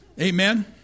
Amen